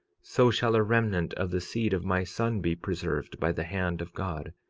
so shall a remnant of the seed of my son be preserved by the hand of god,